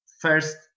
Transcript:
first